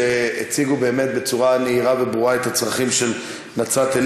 שהציגו באמת בצורה מהירה וברורה את הצרכים של נצרת-עילית.